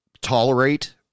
tolerate